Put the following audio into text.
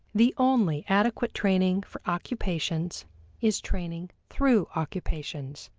the only adequate training for occupations is training through occupations.